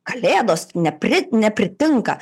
kalėdos ne pri nepritinka